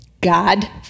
God